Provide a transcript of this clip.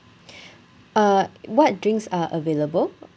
uh what drinks are available